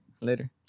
later